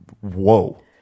whoa